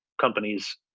companies